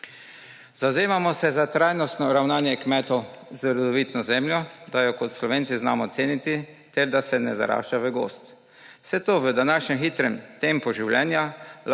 Zavzemamo se za trajnostno ravnanje kmetov z rodovitno zemljo, da jo kot Slovenci znamo ceniti ter da se ne zarašča v gozd. Vse to v današnjem hitrem tempu življenja